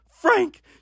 Frank